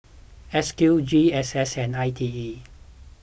S Q G S S and I T E